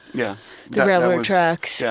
yeah the railroad tracks. yeah,